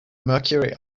mercury